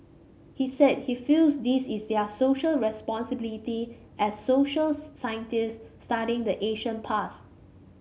he said he feels this is their Social Responsibility as socials scientists studying the ancient past